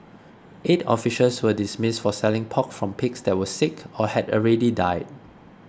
eight officials were dismissed for selling pork from pigs that were sick or had already died